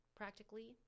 practically